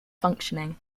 functioning